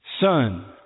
Son